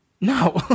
no